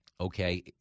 Okay